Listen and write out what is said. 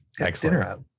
Excellent